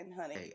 honey